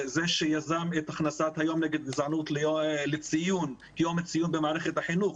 זה שיזם את הכנסת היום נגד גזענות ליום ציון במערכת החינוך,